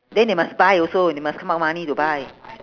then they must buy also they must come out money to buy